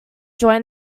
join